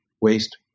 waste